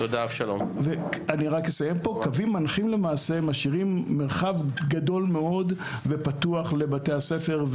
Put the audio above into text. קווים מנחים משאירים מרחב גדול ופתוח מאוד לבתי הספר,